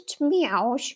Meow